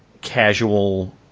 casual